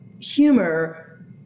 humor